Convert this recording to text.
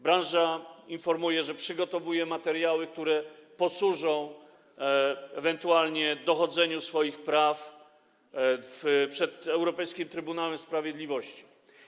Branża informuje, że przygotowuje materiały, które ewentualnie posłużą do dochodzenia swoich praw przed Europejskim Trybunałem Sprawiedliwości.